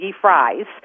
fries